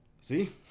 See